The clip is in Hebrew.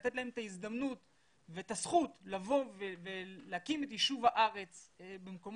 לתת להם את ההזדמנות ואת הזכות לבוא ולהקים את יישוב הארץ במקומות,